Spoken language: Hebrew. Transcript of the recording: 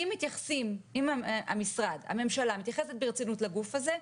אם המשרד והממשלה מתייחסים ברצינות לגוף הזה,